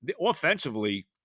offensively